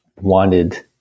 wanted